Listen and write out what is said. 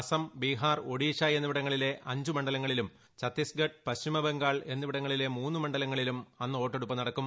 അസം ബീഹാർ ഒഡീഷ എന്നിവിടങ്ങളിലെ അഞ്ച് മണ്ഡലങ്ങളിലും ഛത്തീസ്ഗഡ് പശ്ചിമ ബംഗാൾ എന്നീപ്പിട്ങ്ങളിലെ മൂന്ന് മണ്ഡലങ്ങളിലും അന്ന് വോട്ടെട്ടുപ്പ് നട്ക്കും